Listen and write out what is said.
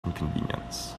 inconvenience